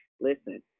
listen